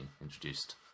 introduced